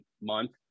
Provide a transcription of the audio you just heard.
month